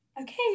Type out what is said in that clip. Okay